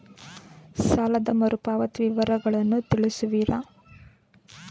ಸಾಲದ ಮರುಪಾವತಿ ವಿವರಗಳನ್ನು ತಿಳಿಸುವಿರಾ?